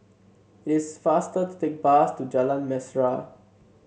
it is faster to take bus to Jalan Mesra